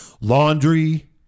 laundry